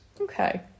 Okay